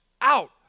out